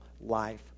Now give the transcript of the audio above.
life